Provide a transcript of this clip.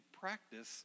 practice